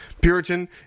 Puritan